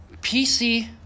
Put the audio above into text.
PC